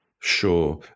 Sure